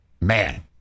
Man